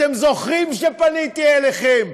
אתם זוכרים שפניתי אליכם.